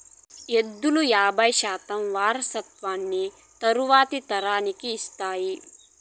ఎద్దులు యాబై శాతం వారసత్వాన్ని తరువాతి తరానికి ఇస్తాయి